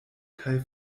kaj